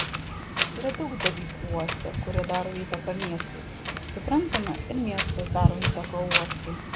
yra daug dalykų uoste kurie daro įtaką miestui suprantama ir miestas daro įtaką uostui